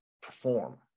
perform